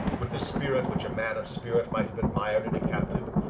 with a spirit which a man of spirit might have admired in a captive,